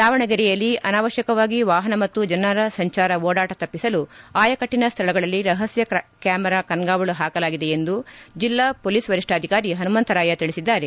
ದಾವಣಗೆರೆಯಲ್ಲಿ ಅನಾವಶ್ಯಕವಾಗಿ ವಾಪನ ಮತ್ತು ಜನರ ಸಂಜಾರ ಓಡಾಟ ತಪ್ಪಿಸಲು ಆಯಾಕಟ್ಟಿನ ಸ್ಥಳಗಳಲ್ಲಿ ರಪಸ್ಕ ಕ್ಕಾಮರಾ ಕಣ್ಗಾವಲು ಪಾಕಲಾಗಿದೆ ಎಂದು ಜಿಲ್ಲಾ ಮೊಲೀಸ್ ವರಿಷ್ಠಾಧಿಕಾರಿ ಪನುಮಂತರಾಯ ತಿಳಿಸಿದ್ದಾರೆ